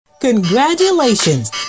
Congratulations